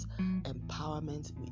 empowerment